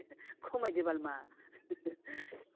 खमायदो बाल मा